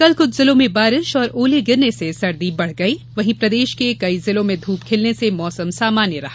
कल कुछ जिलों में बारिश और ओले गिरने से सर्दी बढ़ गई वहीं प्रदेश के कई जिलों में धूप खिलने से मौसम सामान्य रहा